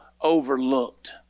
overlooked